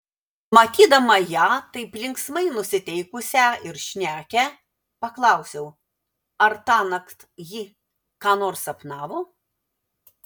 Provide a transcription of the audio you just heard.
matydama ją taip linksmai nusiteikusią ir šnekią paklausiau ar tąnakt ji ką nors sapnavo